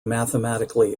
mathematically